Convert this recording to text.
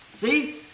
See